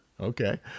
Okay